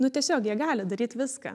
nu tiesiog jie gali daryt viską